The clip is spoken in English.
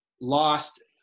Lost